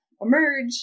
emerge